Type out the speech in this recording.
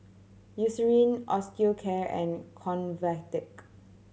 Eucerin Osteocare and Convatec